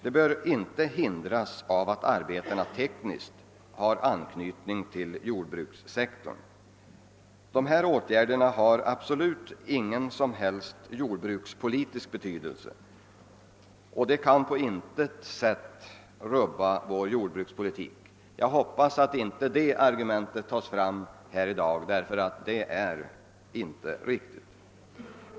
De bör inte hindras av att arbetena tekniskt har anknytning till jordbrukssektorn. Dessa åtgärder har absolut ingen sådan jordbrukspolitisk betydelse att de på något sätt kan rubba vår jordbrukspolitik. Jag hoppas att detta argument inte kommer att framföras här i dag, ty det är inte riktigt.